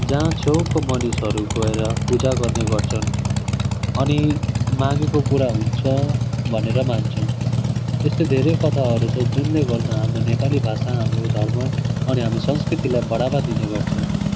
जहाँ छेउको मानिसहरू गएर पूजा गर्ने गर्छन् अनि मागेको पुरा हुन्छ भनेर मान्छन् यस्तो धेरै कथाहरू छ जुनले गर्दा हाम्रो नेपाली भाषा हाम्रो धर्म अनि हाम्रो संस्कृतिलाई बढावा दिनेगर्छ